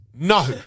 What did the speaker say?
no